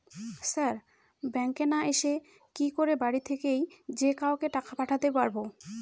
Sir ব্যাঙ্কে না এসে কি করে বাড়ি থেকেই যে কাউকে টাকা পাঠাতে পারবো?